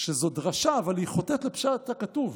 שזאת דרשה, אבל היא חוטאת לפשט הכתוב.